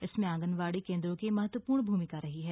इसमें आंगनबाड़ी केन्द्रों की महत्वपूर्ण भूमिका रही है